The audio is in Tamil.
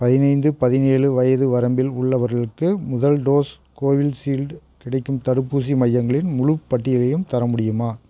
பதினைந்து பதினேழு வயது வரம்பில் உள்ளவர்களுக்கு முதல் டோஸ் கோவிஷீல்டு கிடைக்கும் தடுப்பூசி மையங்களின் முழுப் பட்டியலையும் தர முடியுமா